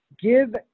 Give